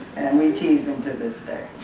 we tease him to this day.